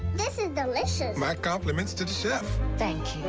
this is delicious! my compliments to the chef. thank